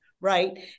right